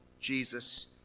Jesus